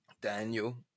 Daniel